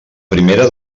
primera